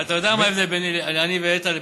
אתה יודע מה ההבדל ביני ואיתן לבינך?